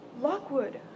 Lockwood